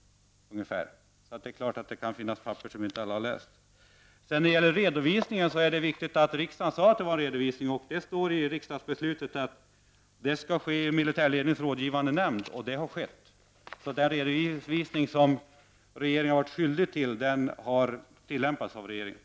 Det är klart att det då kan finnas handlingar som inte alla har läst. Det är också viktigt att notera när det gäller redovisningen att det står i riksdagsbeslutet att redovisningen skall ske till militärledningens rådgivande nämnd, och så har skett. Den redovisningsskyldighet som regeringen har haft har också fullgjorts.